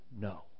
No